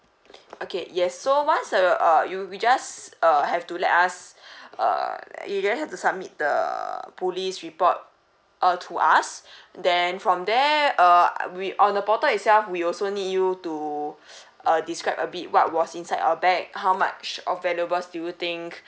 okay yes so once the uh you we just err have to let us err you just have to submit the uh police report uh to us then from there uh we on the portal itself we also need you to err describe a bit what was inside your bag how much of valuables do you think